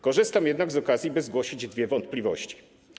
Korzystam jednak z okazji, by zgłosić dwie wątpliwości.